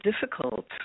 difficult